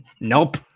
Nope